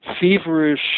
feverish